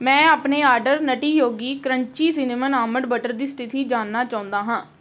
ਮੈਂ ਆਪਣੇ order Nutty Yogi crunchy cinnamon almond butter ਦੀ ਸਥਿਤੀ ਜਾਣਨਾ ਚਾਹੁੰਦਾ ਹਾਂ